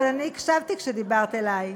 אבל אני הקשבתי כשדיברת אלי.